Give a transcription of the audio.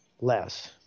less